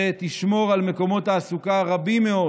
שתשמור על מקומות תעסוקה רבים מאוד